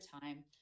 time